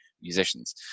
musicians